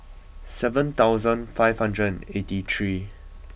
seven thousand five hundred and eighty three